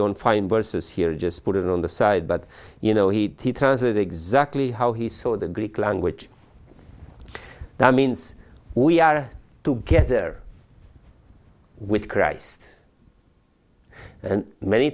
don't find verses here just put in on the side but you know he turns it exactly how he saw the greek language that means we are together with christ and many